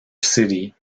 city